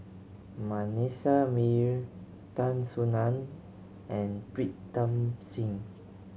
Manasseh Meyer Tan Soo Nan and Pritam Singh